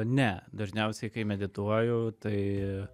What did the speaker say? ne dažniausiai kai medituoju tai